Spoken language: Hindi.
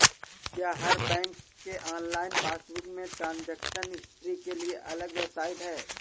क्या हर बैंक के ऑनलाइन पासबुक में ट्रांजेक्शन हिस्ट्री के लिए अलग वेबसाइट है?